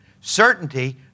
Certainty